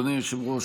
אדוני היושב-ראש,